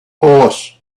police